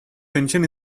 tension